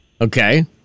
Okay